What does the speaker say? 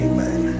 Amen